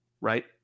right